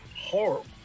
Horrible